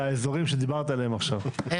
אבל לתת זכויות בתל אביב תמורת חיזוק --- לא בתל אביב,